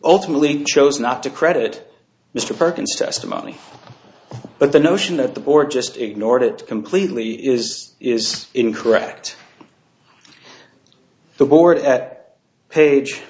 ultimately chose not to credit mr perkins testimony but the notion that the board just ignored it completely is is incorrect the board at page